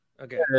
Okay